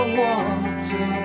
water